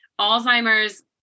Alzheimer's